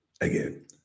Again